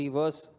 verse